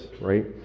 right